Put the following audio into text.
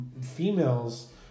females